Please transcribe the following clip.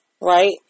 right